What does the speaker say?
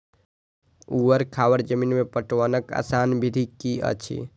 ऊवर खावर जमीन में पटवनक आसान विधि की अछि?